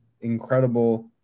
incredible